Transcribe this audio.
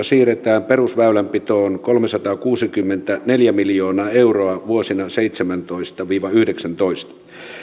siirretään perusväylänpitoon kolmesataakuusikymmentäneljä miljoonaa euroa vuosina seitsemäntoista viiva yhdeksäntoista